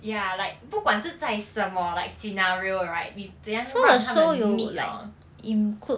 ya like 不管是在什么 like scenario right 你怎样让他们 meet orh